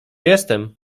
jestem